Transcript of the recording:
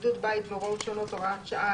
(בידוד בית והוראות שונות) (הוראת שעה),